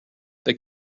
they